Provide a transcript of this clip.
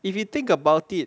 if you think about it